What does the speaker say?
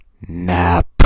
Nap